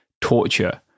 torture